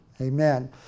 Amen